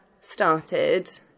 started